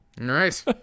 nice